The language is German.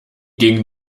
ging